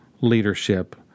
leadership